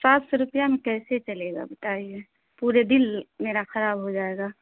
سات سو روپیہ میں کیسے چلے گا بتائیے پورے دن میرا خراب ہو جائے گا